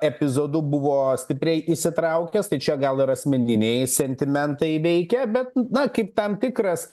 epizodu buvo stipriai įsitraukęs tai čia gal ir asmeniniai sentimentai veikia bet na kaip tam tikras